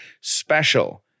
special